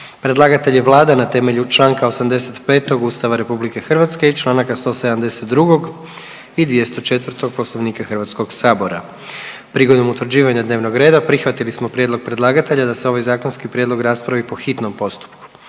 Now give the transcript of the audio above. Predlagatelj je Vlada na temelju Članka 85. Ustava RH i Članaka 172. i 204. Poslovnika Hrvatskog sabora. Prigodom utvrđivanja dnevnog reda prihvatili smo prijedlog predlagatelja da se ovaj zakonski prijedlog raspravi po hitnom postupku.